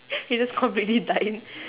you're just completely dying